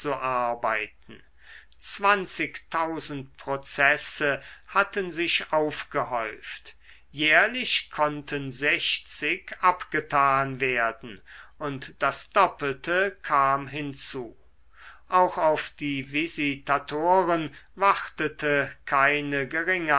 wegzuarbeiten zwanzigtausend prozesse hatten sich aufgehäuft jährlich konnten sechzig abgetan werden und das doppelte kam hinzu auch auf die visitatoren wartete keine geringe